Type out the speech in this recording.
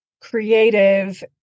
creative